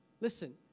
Listen